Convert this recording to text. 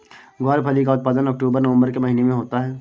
ग्वारफली का उत्पादन अक्टूबर नवंबर के महीने में होता है